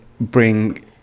bring